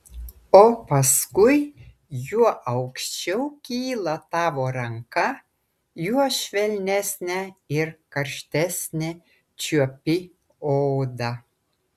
o paskui juo aukščiau kyla tavo ranka juo švelnesnę ir karštesnę čiuopi odą